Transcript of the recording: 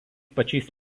pačiais